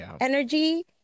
energy